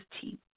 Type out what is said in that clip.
team